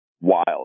wild